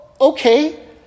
Okay